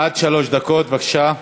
עד שלוש דקות, בבקשה.